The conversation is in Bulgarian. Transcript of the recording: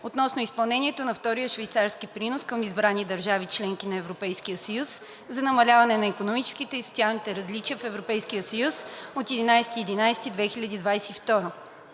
относно изпълнението на Втория швейцарски принос към избрани държави – членки на Европейския съюз, за намаляване на икономическите и социалните различия в Европейския съюз от 11